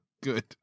Good